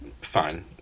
fine